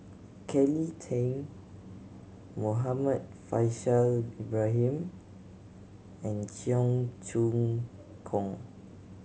Kelly Tang Muhammad Faishal Ibrahim and Cheong Choong Kong